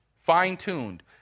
Fine-tuned